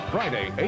Friday